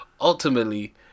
ultimately